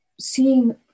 seeing